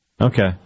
Okay